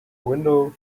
window